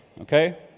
okay